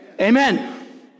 Amen